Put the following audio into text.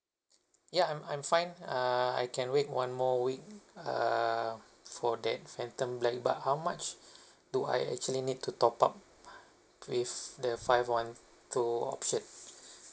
yeah I'm I'm fine uh I can wait one more week err for that phantom black but how much do I actually need to top up with the five one two option